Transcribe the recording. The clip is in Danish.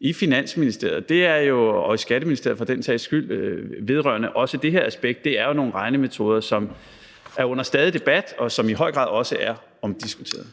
i Finansministeriet – og i Skatteministeriet for den sags skyld – også vedrørende det her aspekt, er jo nogle regnemetoder, som stadig er under debat, og som i høj grad også er omdiskuterede.